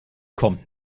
kommt